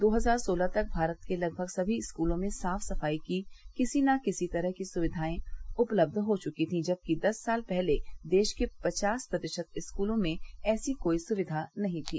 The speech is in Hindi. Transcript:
दो हजार सोलह तक भारत के लगभग सभी स्कूलों में साफ सफाई की किसी न किसी तरह की सुविधाए उपलब्ध हो चुकी थी जबकि दस साल पहले देश के पचास प्रतिशत स्कूलों में ऐसी कोई सुविघा नहीं थी